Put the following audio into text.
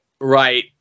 Right